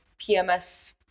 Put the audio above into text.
PMS